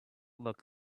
look